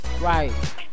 Right